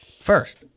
first